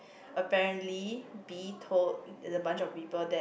apparently B told the bunch of people that